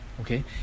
Okay